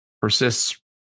Persists